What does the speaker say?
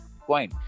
coin